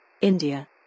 India